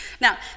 Now